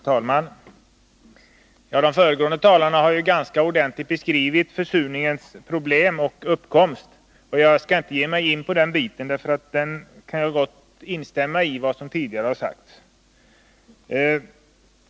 Herr talman! De föregående talarna har ju ganska ordentligt beskrivit försurningens problem och uppkomst. Jag skall inte gå in på de områdena, utan jag kan instämma i vad som tidigare har sagts.